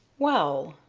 well,